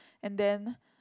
and then